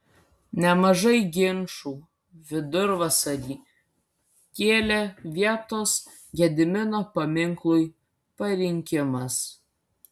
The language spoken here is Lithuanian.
nemažai ginčų vidurvasarį kėlė vietos gedimino paminklui parinkimas